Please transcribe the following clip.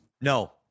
No